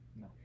No